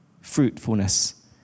fruitfulness